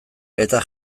eta